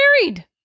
married